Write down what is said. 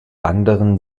anderen